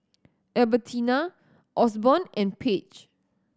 Albertina Osborn and Page